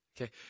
Okay